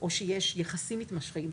או שיש יחסים מתמשכים,